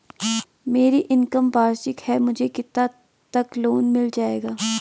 मेरी इनकम वार्षिक है मुझे कितने तक लोन मिल जाएगा?